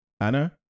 Anna